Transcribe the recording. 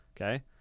okay